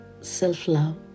self-love